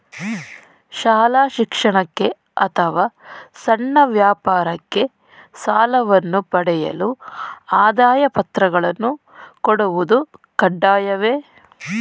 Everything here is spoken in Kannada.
ಶಾಲಾ ಶಿಕ್ಷಣಕ್ಕೆ ಅಥವಾ ಸಣ್ಣ ವ್ಯಾಪಾರಕ್ಕೆ ಸಾಲವನ್ನು ಪಡೆಯಲು ಆದಾಯ ಪತ್ರಗಳನ್ನು ಕೊಡುವುದು ಕಡ್ಡಾಯವೇ?